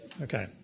Okay